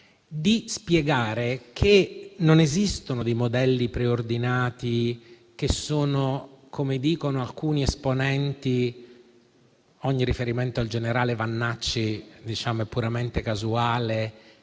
di spiegare che non esistono dei modelli preordinati, che non è vero come dicono alcuni esponenti - ogni riferimento al generale Vannacci è puramente casuale